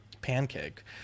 Pancake